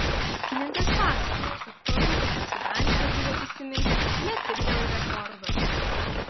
pypkininkas pasakojo kad parūkymas gdanske buvo įsimintinas ne tik dėl rekordo